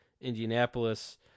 Indianapolis